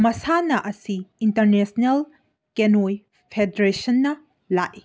ꯃꯁꯥꯟꯅ ꯑꯁꯤ ꯏꯟꯇꯔꯅꯦꯁꯅꯦꯜ ꯀꯦꯅꯣꯏ ꯐꯦꯗ꯭ꯔꯦꯁꯟꯅ ꯂꯥꯛꯏ